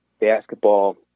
basketball